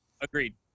Agreed